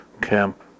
Camp